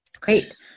Great